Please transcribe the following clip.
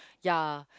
ya